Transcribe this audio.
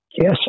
Yes